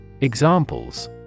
Examples